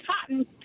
cotton